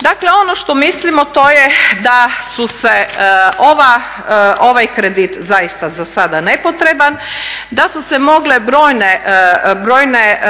Dakle ono što mislimo to je da je ovaj kredit zaista za sada nepotreban, da su se mogle brojne